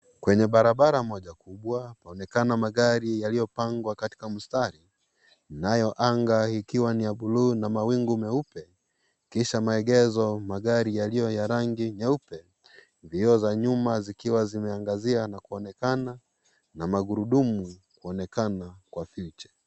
Kwenye barabara moja kubwa yaonekana magari yaliyo pangwa katika mstari nayo anga ikiwa ni ya buluu na mawingu meupe kisha maegezo magari yaliyo ya rangi nyeupe vio za nyuma zikiwa zimeangazia na kuonekana na magurudumu kuonekana kwa fiche.